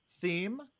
theme